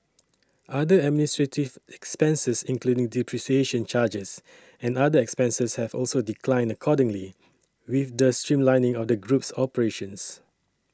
other administrative expenses including depreciation charges and other expenses have also declined accordingly with the streamlining of the group's operations